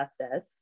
Justice